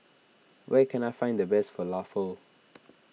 where can I find the best Falafel